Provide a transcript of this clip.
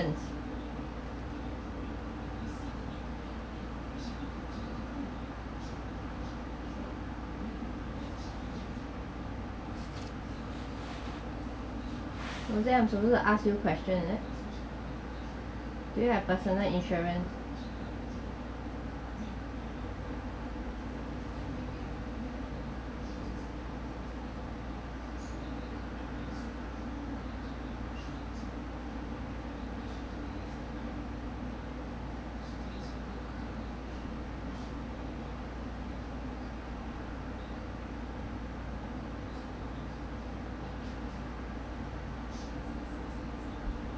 insurance Suzan I to ask you question isn't do you have personal insurance